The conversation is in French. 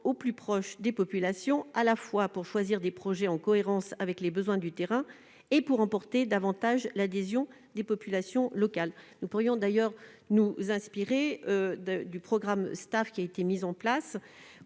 au plus près des populations, à la fois, pour choisir des projets en cohérence avec les besoins du terrain et pour emporter davantage l'adhésion des populations locales. Nous pourrions ainsi nous inspirer du programme Star 2022 et de son